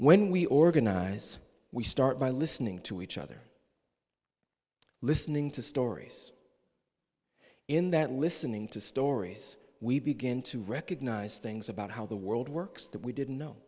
when we organize we start by listening to each other listening to stories in that listening to stories we begin to recognize things about how the world works that we didn't know